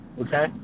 okay